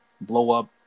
blow-up